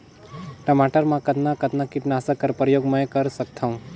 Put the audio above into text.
टमाटर म कतना कतना कीटनाशक कर प्रयोग मै कर सकथव?